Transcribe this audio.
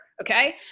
Okay